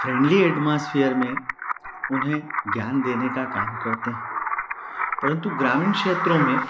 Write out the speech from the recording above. friendly atmosphere में उन्हें ज्ञान देने का काम करते हैं परन्तु ग्रामीण क्षेत्रों में